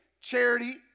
charity